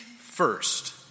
first